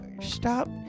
stop-